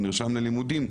והוא נרשם ללימודים,